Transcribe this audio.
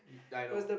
I know